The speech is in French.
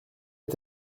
est